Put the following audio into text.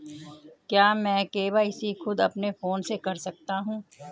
क्या मैं के.वाई.सी खुद अपने फोन से कर सकता हूँ?